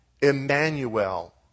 Emmanuel